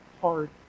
hard